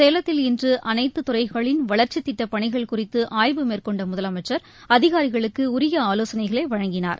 சேலத்தில் இன்று அனைத்துத்துறைகளின் வளர்ச்சித் திட்டப்பணிகள் குறித்து ஆய்வு மேற்கொண்ட முதலமைச்சர் அதிகாரிகளுக்கு உரிய ஆலோசனைகளை வழங்கினார்